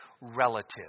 relative